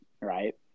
right